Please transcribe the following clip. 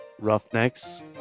Roughnecks